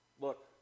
Look